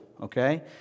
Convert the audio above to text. okay